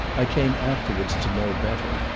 i came afterwards to know better,